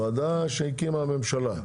הוועדה שהקימה הממשלה.